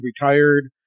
retired